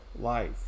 life